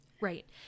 Right